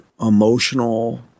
emotional